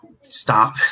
stop